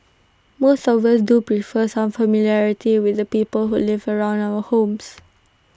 most of us do prefer some familiarity with the people who live around our homes